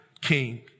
king